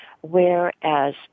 whereas